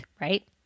right